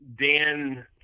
Dan